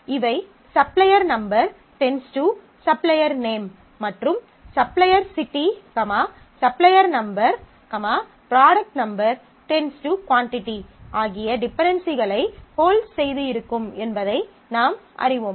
இவை supplier number supplier name மற்றும் supplier city supplier number product number supplier city supplier number product number → quantity ஆகிய டிபென்டென்சிகளை holds செய்து இருக்கும் என்பதை நாம் அறிவோம்